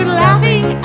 laughing